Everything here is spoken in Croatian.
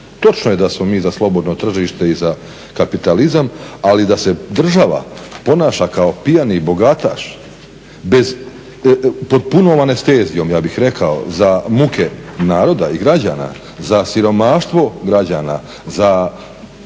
Točno je da smo mi za slobodno tržište i za kapitalizam, ali da se država ponaša kao pijani bogataš bez, pod punom anestezijom ja bih rekao za muke naroda i građana, za siromaštvo građana, pod